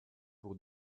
pour